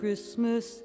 Christmas